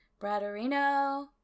Bradarino